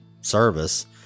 service